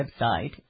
website